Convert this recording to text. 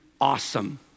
awesome